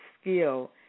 skill